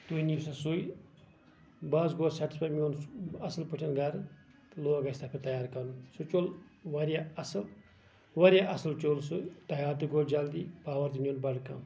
تُہۍ أنو سا سُے بہٕ حظ گوس سیٹٕسفاے مےٚ اوٚن اَصٕل پٲٹھۍ گرٕ لوٚگ اَسہِ تَتھ پٮ۪ٹھ تَیار کَرُن سُہ چوٚل واریاہ اَصٕل واریاہ اَصٕل چوٚل سُہ تَیار تہِ گوٚو جلدی پاور تہِ نیوٗن بَڑٕ کَم